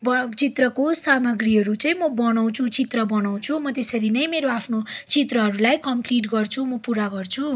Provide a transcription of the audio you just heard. चित्रको सामग्रीहरू चाहिँ म बनाउँछु चित्र बनाउँछु म त्यसरी नै मेरो आफ्नो चित्रहरूलाई कम्प्लिट गर्छु म पुरा गर्छु